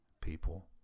People